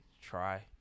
try